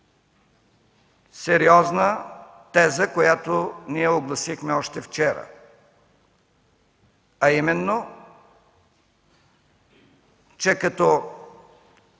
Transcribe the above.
сериозна теза, която огласихме още вчера, а именно, че като